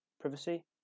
privacy